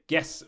Yes